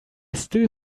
still